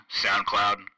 SoundCloud